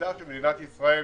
עובדה שמדינת ישראל